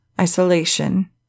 isolation